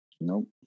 Nope